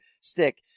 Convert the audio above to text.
stick